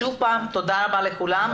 תודה רבה לכולם,